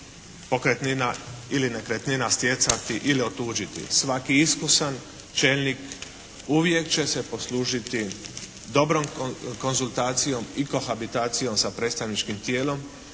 pokretnina ili nekretnina stjecati ili otuđiti. Svaki iskusan čelnik uvijek će se poslužiti dobrom konzultacijom i kohabitacijom sa predstavničkim tijelom